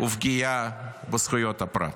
ופגיעה בזכויות הפרט,